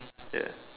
ya